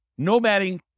nomading